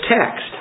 text